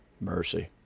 Mercy